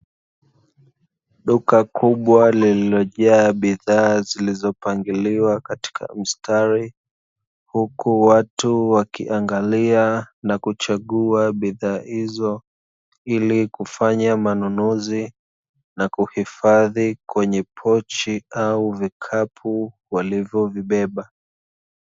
Duka kubwa lililojaa bidhaa zilizopangiliwa katika mstari, huku watu wakiangalia na kuchagua bidhaa hizo, ilikufanya manunuzi na kuhifadhi kwenye pochi au vikapu walivyo vibeba.